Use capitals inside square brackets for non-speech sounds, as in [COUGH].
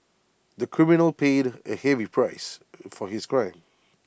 the criminal paid A heavy price [NOISE] for his crime